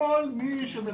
בכל מי שמתקן,